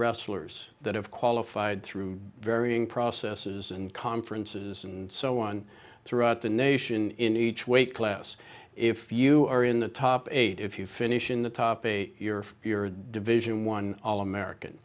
wrestlers that have qualified through varying processes and conferences and so on throughout the nation in each weight class if you are in the top eight if you finish in the top eight you're if you're a division one all american